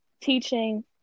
teaching